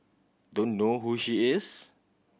don't know who she is